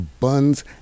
Buns